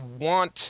want